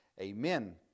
amen